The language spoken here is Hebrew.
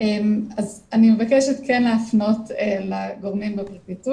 אני מבקשת כן להפנות לגורמים בפרקליטות